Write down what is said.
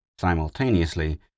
Simultaneously